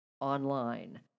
online